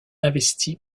investi